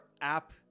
app